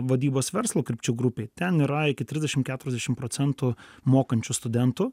vadybos verslo krypčių grupei ten yra iki trisdešimtketuriasdešimt procentų mokančių studentų